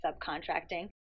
subcontracting